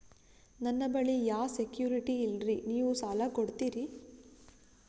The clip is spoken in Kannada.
ನನ್ನ ಬಳಿ ಯಾ ಸೆಕ್ಯುರಿಟಿ ಇಲ್ರಿ ನೀವು ಸಾಲ ಕೊಡ್ತೀರಿ?